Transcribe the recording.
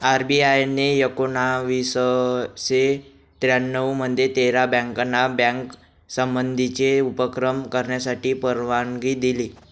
RBI ने एकोणावीसशे त्र्यानऊ मध्ये तेरा बँकाना बँक संबंधीचे उपक्रम करण्यासाठी परवानगी दिली